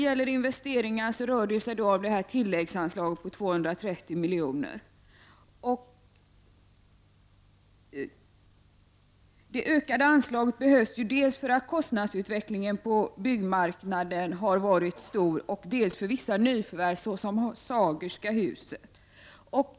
För investeringar begärs ett tilläggsanslag på 230 miljoner som behövs dels med tanke på kostnadsutvecklingen på byggmarknaden, dels för vissa nyförvärv såsom Sagerska huset.